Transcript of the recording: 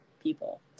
people